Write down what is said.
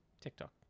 tiktok